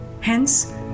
Hence